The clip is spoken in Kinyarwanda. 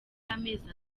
y’amezi